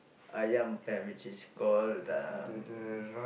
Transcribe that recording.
Ayam Penyet which is called um